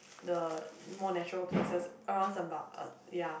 the more natural places around semba~ uh yeah